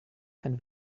kann